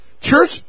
Church